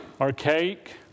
archaic